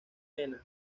jena